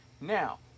Now